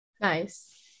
Nice